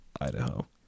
idaho